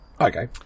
Okay